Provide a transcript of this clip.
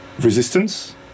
resistance